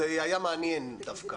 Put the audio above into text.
זה היה מעניין דווקא.